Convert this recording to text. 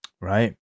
Right